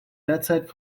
derzeit